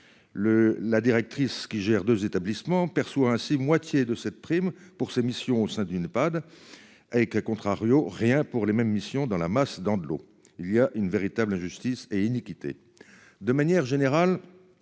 la directrice qui gère 2 établissements perçoit ainsi moitié de cette prime pour ses missions au sein du Nepad. Avec à contrario rien pour les mêmes missions dans la masse dans de l'eau, il y a une véritable injustice et l'iniquité de manière générale.